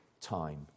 time